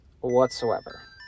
Whatsoever